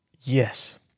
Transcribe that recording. Yes